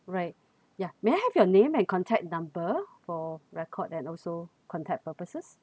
right yeah may I have your name and contact number for record and also contact purposes